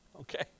Okay